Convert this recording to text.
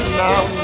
now